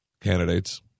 candidates